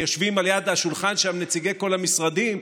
ויושבים ליד השולחן שם נציגי כל המשרדים,